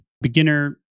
beginner